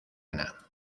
ana